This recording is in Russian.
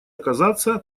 оказаться